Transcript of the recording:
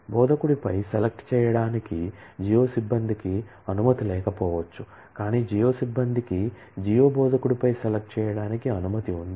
బోధకుడిపై SELECT చేయడానికి జియో సిబ్బందికి అనుమతి లేకపోవచ్చు కానీ జియో సిబ్బందికి జియో బోధకుడిపై SELECT చేయడానికి అనుమతి ఉంది